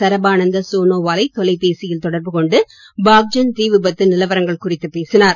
சரபானந்த சோனோவாலை தொலைபேசியில் தொடர்பு கொண்டு பாக்ஜன் தீ விபத்து நிலவரங்கள் குறித்து பேசினார்